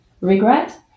Regret